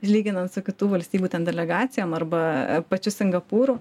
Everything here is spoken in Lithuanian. lyginant su kitų valstybių ten delegacijom arba pačiu singapūru